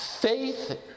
Faith